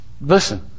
Listen